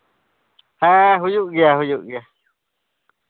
ᱦᱮᱸ ᱦᱩᱭᱩᱜ ᱜᱮᱭᱟ ᱦᱩᱭᱩᱜ ᱜᱮᱭᱟ